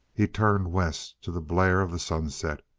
he turned west to the blare of the sunset.